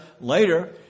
later